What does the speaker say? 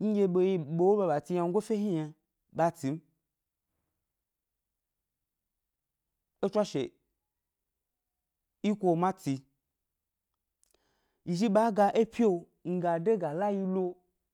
nɗye yi be wo ɓa ɓa tsi wyangofe hni yna ɓa tsi m, é tswashe iko ma tsi, yi zhi ɓa ga é pyio nga de ga la yi lo,